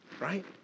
right